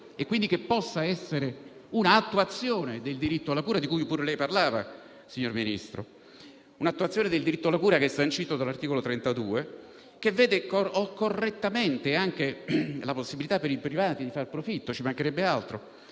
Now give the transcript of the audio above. che quindi possa essere un'attuazione del diritto alla cura, di cui pure lei ha parlato, signor Ministro. Tale diritto alla cura è sancito dall'articolo 32 della Costituzione e vede correttamente anche la possibilità per i privati di fare profitto, ci mancherebbe altro.